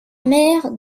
maire